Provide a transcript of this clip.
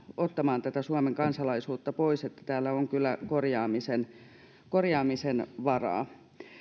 ottamaan suomen kansalaisuutta pois täällä on kyllä korjaamisen korjaamisen varaa